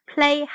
Play